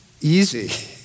easy